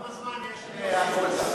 כמה זמן יש לאקוניס?